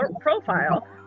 profile